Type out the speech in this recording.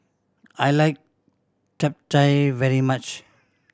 I like Chap Chai very much